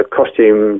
costume